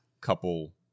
couple